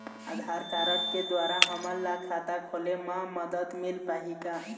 आधार card के द्वारा हमन ला खाता खोले म मदद मिल पाही का?